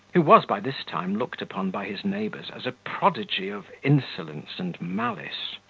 who was by this time looked upon by his neighbours as a prodigy of insolence and malice.